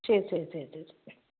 சரி சரி சரி சரி சரிங்க